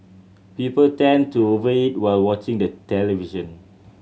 people tend to over eat while watching the television